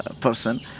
person